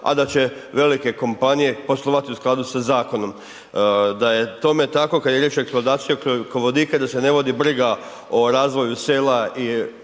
a da će velike kompanije poslovati u skladu sa zakonom. Da je tome tako, kad je riječ o eksploataciji ugljikovodika, da se ne vodi briga o razvoja sela i općina,